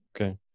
Okay